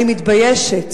אני מתביישת.